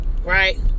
Right